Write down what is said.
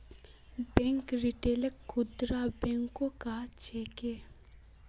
bank रिटेलक खुदरा बैंको कह छेक